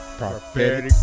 Prophetic